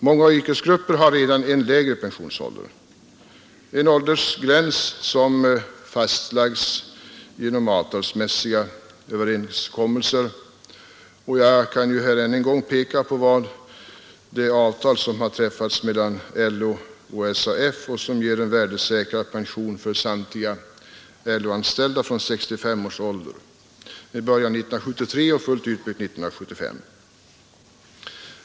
Många yrkesgrupper har redan en lägre pensionsålder, och det är då en åldersgräns som fastlagts genom avtalsmässiga överenskommelser. Jag kan här än en gång peka på det avtal som träffats mellan LO och SAF — som ger värdesäkrad pension för samtliga LO-anställda från 65 års ålder. Man börjar genomföra den här pensioneringen 1973, och systemet skall vara fullt utbyggt 1975.